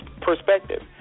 perspective